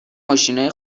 ماشینای